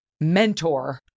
mentor